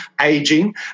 aging